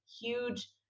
huge